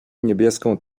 niebieską